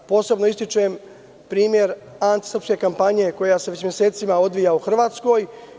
Posebno ističem primer antisrpske kampanje koja se već mesecima odvija u Hrvatskoj.